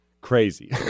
crazy